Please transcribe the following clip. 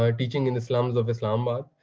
um teaching in the slums of islamabad.